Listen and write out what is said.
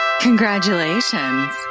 Congratulations